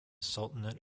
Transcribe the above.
sultanate